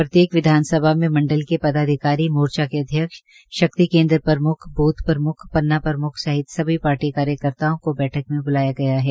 प्रत्येक विधानसभा में मंडल के अधिकारी मोर्चा के अध्यक्ष केन्द्र प्रमुख बूथ प्रमुख पन्ना प्रमुख सहित पार्टी के कार्यकर्ताओं के बैठक में बुलाया गया है